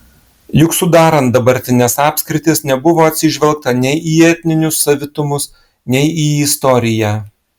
juk sudarant dabartines apskritis nebuvo atsižvelgta nei į etninius savitumus nei į istoriją